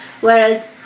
whereas